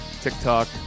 TikTok